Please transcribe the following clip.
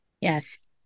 Yes